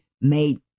made